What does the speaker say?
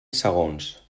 segons